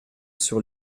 sur